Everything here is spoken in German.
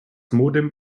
modem